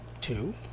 Two